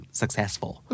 successful